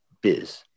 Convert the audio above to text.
Biz